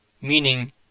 meaning